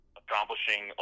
accomplishing